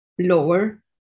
lower